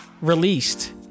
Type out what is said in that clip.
released